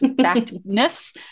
factness